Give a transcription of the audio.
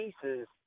pieces